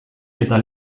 eta